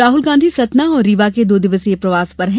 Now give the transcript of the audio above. राहल गांधी सतना और रीवा के दो दिवसीय प्रवास पर हैं